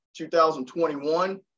2021